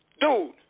Dude